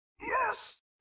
Yes